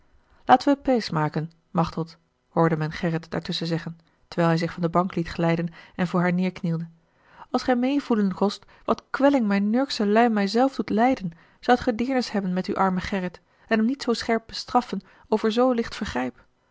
laten we pays maken machteld hoorde men gerrit daar tusschen zeggen terwijl hij zich van de bank liet glijden en voor haar neêrknielde als gij meê voelen kost wat kwelling mijn nurksche luim mij zelf doet lijden zoudt ge deernis hebben met uw armen gerrit en hem niet zoo scherp bestraffen over zoo